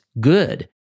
good